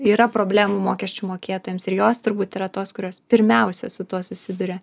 yra problemų mokesčių mokėtojams ir jos turbūt yra tos kurios pirmiausia su tuo susiduria